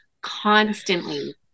constantly